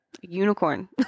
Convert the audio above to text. unicorn